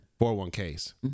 401k's